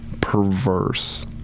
perverse